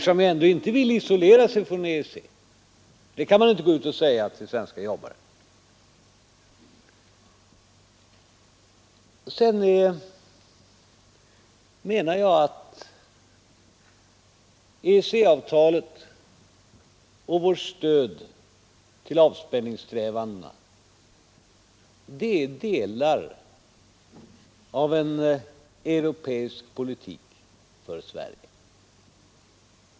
Ni vill ju ändå inte isolera er från EEC — det kan man inte gå ut och säga till svenska jobbare. Jag menar att EEC-avtalet och vårt stöd till avspänningssträvandena är delar av en europeisk politik för Sverige.